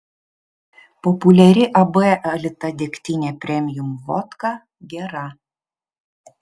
populiari ab alita degtinė premium vodka gera